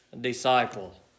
disciple